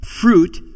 Fruit